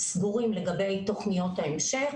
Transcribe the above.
סגורים לגבי תוכניות ההמשך,